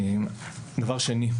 דבר שני,